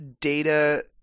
data